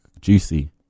juicy